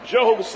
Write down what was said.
Job